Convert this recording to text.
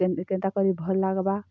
କେନ୍ତା କରି ଭଲ୍ ଲାଗ୍ବା